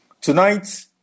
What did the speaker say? Tonight